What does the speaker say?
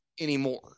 anymore